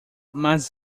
mas